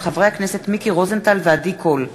מאת חברי הכנסת מיקי רוזנטל ועדי קול,